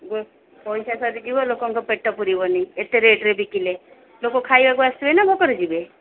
ହୁଁ ପଇସା ସରିଯିବ ଲୋକଙ୍କ ପେଟ ପୁରିବନି ଏତେ ରେଟ୍ରେ ବିକିଲେ ଲୋକ ଖାଇବାକୁ ଆସିବେ ନା ଭୋକରେ ଯିବେ